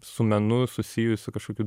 su menu susijusių kažkokių